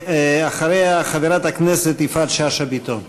ואחריה, חברת הכנסת יפעת שאשא ביטון.